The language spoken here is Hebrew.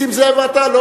נסים זאב ואתה,